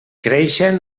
creixen